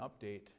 update